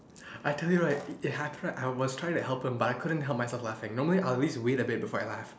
I told you right it happened I was trying to help him but I couldn't help myself laughing normally I will at least wait a bit before I laugh